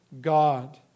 God